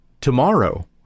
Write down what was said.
tomorrow